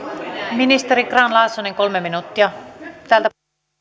ministeri grahn laasonen kolme minuuttia